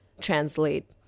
translate